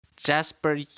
Jasper